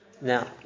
Now